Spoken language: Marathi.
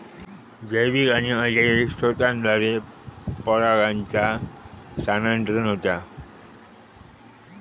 जैविक आणि अजैविक स्त्रोतांद्वारा परागांचा स्थानांतरण होता